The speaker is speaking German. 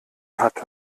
hatte